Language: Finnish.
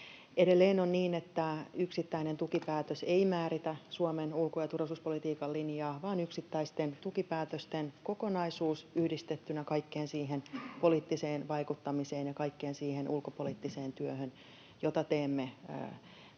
Edelleen on niin, että yksittäinen tukipäätös ei määritä Suomen ulko- ja turvallisuuspolitiikan linjaa vaan yksittäisten tukipäätösten kokonaisuus yhdistettynä kaikkeen siihen poliittiseen vaikuttamiseen ja kaikkeen siihen ulkopoliittiseen työhön, jota teemme